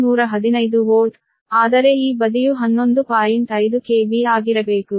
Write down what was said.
5 KV ಆಗಿರಬೇಕು